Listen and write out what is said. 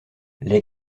les